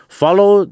follow